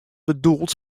bedoeld